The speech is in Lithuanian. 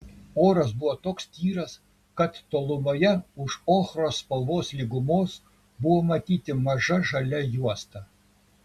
oras buvo toks tyras kad tolumoje už ochros spalvos lygumos buvo matyti maža žalia juosta